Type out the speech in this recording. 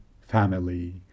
family